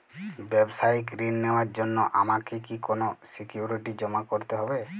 ব্যাবসায়িক ঋণ নেওয়ার জন্য আমাকে কি কোনো সিকিউরিটি জমা করতে হবে?